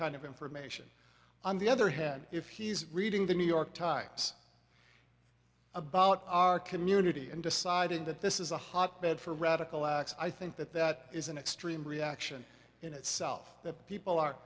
kind of information on the other hand if he's reading the new york times about our community and decided that this is a hotbed for radical acts i think that that is an extreme reaction in itself that people are